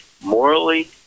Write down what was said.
morally